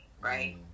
right